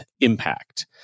Impact